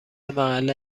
محل